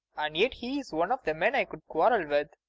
and yet he's one of the men i could quarrel with.